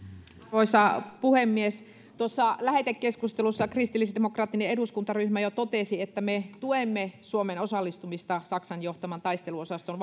arvoisa puhemies jo tuossa lähetekeskustelussa kristillisdemokraattinen eduskuntaryhmä totesi että me tuemme suomen osallistumista saksan johtaman taisteluosaston